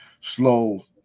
slow